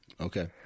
Okay